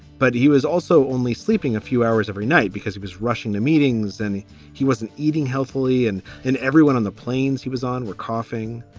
but he was also only sleeping a few hours every night because he was rushing to meetings and he he wasn't eating healthily. and then and everyone on the planes he was on were coughing.